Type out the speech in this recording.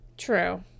true